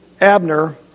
Abner